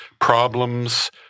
problems